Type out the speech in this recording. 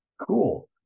Cool